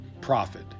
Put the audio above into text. profit